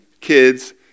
kids